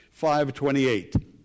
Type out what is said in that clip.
5.28